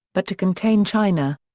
but to contain china.